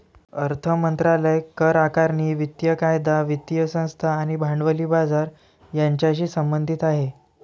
अर्थ मंत्रालय करआकारणी, वित्तीय कायदा, वित्तीय संस्था आणि भांडवली बाजार यांच्याशी संबंधित आहे